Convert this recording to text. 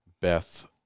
Beth